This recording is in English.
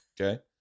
Okay